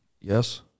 Yes